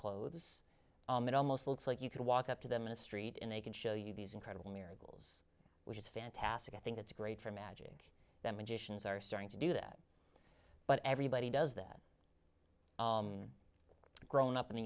clothes it almost looks like you can walk up to them in the street and they can show you these incredible miracles which is fantastic i think it's great for magic that magicians are starting to do that but everybody does that grown up in the